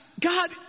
God